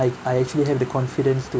I I actually have the confidence to